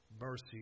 mercy